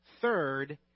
Third